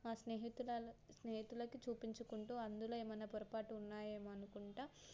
మా స్నేహితుల స్నేహితులకి చూపించుకుంటూ అందులో ఏమైనా పొరపాటు ఉన్నాయేమొ అనుకుంటు